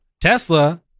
Tesla